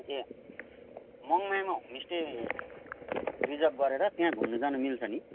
मङमायामा homestay reserve गरेर त्यहाँ घुम्न जान मिल्छ नि